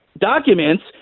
documents